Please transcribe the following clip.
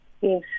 Yes